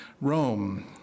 Rome